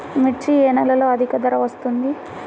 మిర్చి ఏ నెలలో అధిక ధర వస్తుంది?